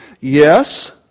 Yes